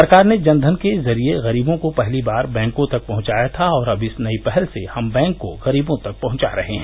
सरकार ने जनधन के जरिये गरीबों को पहली बार बैंकों तक पहुंचाया था और अब इस नई पहल से हम बैंक को गरीबों तक पहुंचा रहे हैं